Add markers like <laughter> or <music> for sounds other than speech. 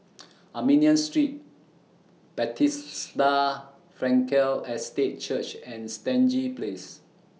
<noise> Armenian Street <unintelligible> Frankel Estate Church and Stangee Place